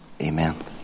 Amen